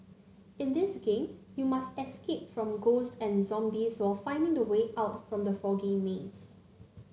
in this game you must escape from ghosts and zombies while finding the way out from the foggy maze